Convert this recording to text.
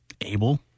Able